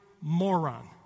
moron